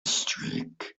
streak